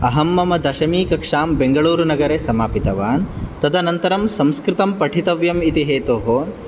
अहं मम दशमीकक्षां बेङ्गलुरुनगरे समापितवान् तदनन्तरं संस्कृतं पठितव्यम् इति हेतोः